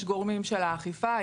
יש גורמים של האכיפה,